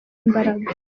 imbaraga